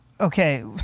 okay